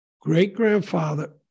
great-grandfather